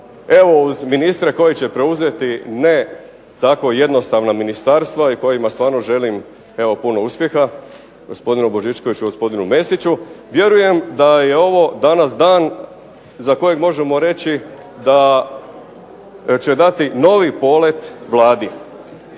Evo uz ministre koji će preuzeti ne tako jednostavna ministarstva, i kojima stvarno želim evo puno uspjeha, gospodinu Božičkoviću, gospodinu Mesiću, vjerujem da je ovo danas dan za kojeg možemo reći da će dati novi polet Vladi.